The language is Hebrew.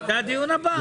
זה הדיון הבא.